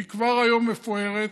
היא כבר היום מפוארת,